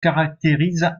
caractérise